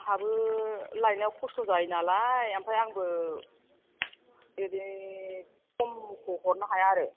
आहाबो लायनायाव खस्थ' जायो नालाय ओमफ्राय आंबो बिदि खमखौ हरनो हाया आरो